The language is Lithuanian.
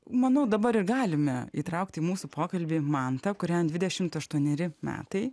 manau dabar ir galime įtraukti į mūsų pokalbį mantą kuriam dvidešimt aštuoneri metai